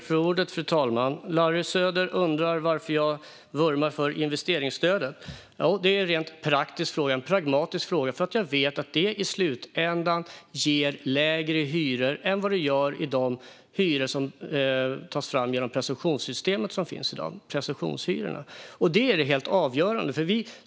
Fru talman! Larry Söder undrar varför jag vurmar för investeringsstödet. Det är en rent praktisk och pragmatisk fråga. Jag vet att det i slutändan ger lägre hyror än de hyror som tas fram genom presumtionssystemet som finns i dag, presumtionshyrorna. Det är det helt avgörande.